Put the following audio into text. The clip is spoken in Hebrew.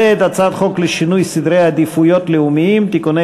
ואת הצעת חוק לשינוי סדרי עדיפויות לאומיים (תיקוני